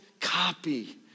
copy